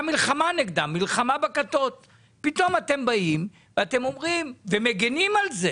מלחמה נגדה אתם באים ומגינים על זה